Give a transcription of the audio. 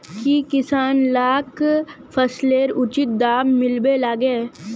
की किसान लाक फसलेर उचित दाम मिलबे लगे?